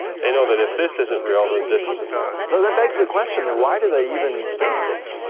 they know that if this isn't real then this isn't real. though that begs the question then, why do they even think this,